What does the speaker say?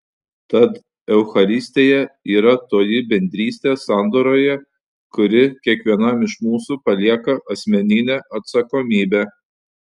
tad eucharistija yra toji bendrystė sandoroje kuri kiekvienam iš mūsų palieka asmeninę atsakomybę